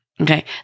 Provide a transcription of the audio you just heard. okay